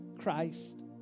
Christ